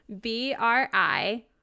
b-r-i